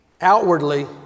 Outwardly